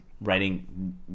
writing